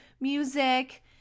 music